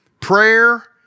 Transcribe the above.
prayer